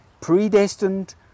predestined